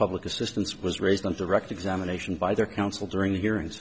public assistance was raised on direct examination by their counsel during the hearing